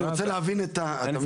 לא, אני רוצה להבין את זה.